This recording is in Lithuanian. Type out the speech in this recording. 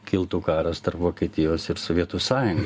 kiltų karas tarp vokietijos ir sovietų sąjungos